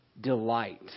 delight